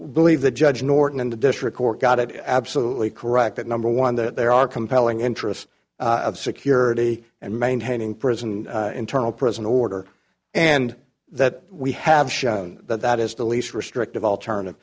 believe the judge norton in the district court got it absolutely correct that number one that there are compelling interests of security and maintaining prison internal prison order and that we have shown that that is the least restrictive alternative